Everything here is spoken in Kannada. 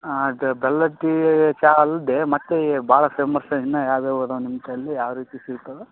ಅದು ಬೆಲ್ಲದ ಟೀ ಚಾ ಅಲ್ದೆ ಮತ್ತು ಭಾಳ ಫೇಮಸ್ ಇನ್ನ ಯಾವುದೋ ಒಂದು ನಿಮ್ಮಲ್ಲಿ ಯಾವ ರೀತಿ ಸಿಗ್ತದೋ